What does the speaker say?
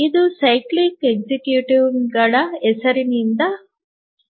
ಇದು ಸೈಕ್ಲಿಕ್ ಅಧಿಕಾರಿಗಳ ಹೆಸರಿನಿಂದ ಹೋಗುತ್ತದೆ